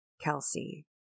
Kelsey